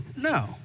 No